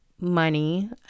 money